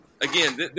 Again